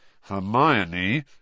Hermione